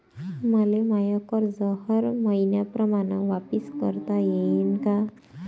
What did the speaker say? मले माय कर्ज हर मईन्याप्रमाणं वापिस करता येईन का?